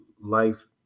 life